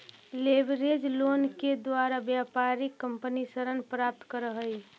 leverage loan के द्वारा व्यापारिक कंपनी ऋण प्राप्त करऽ हई